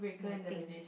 ya think